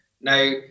now